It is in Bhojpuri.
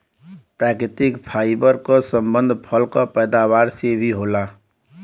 प्राकृतिक फाइबर क संबंध फल क पैदावार से भी होला